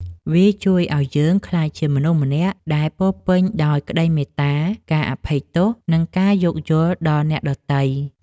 វាជួយឱ្យយើងក្លាយជាមនុស្សម្នាក់ដែលពោរពេញដោយក្ដីមេត្តា ការអភ័យទោស និងការយោគយល់ដល់អ្នកដទៃ។